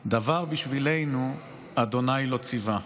/ דבר בשבילנו / אדוני לא ציווה".